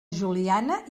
juliana